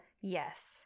Yes